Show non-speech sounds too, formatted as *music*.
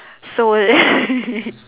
so *laughs*